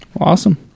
awesome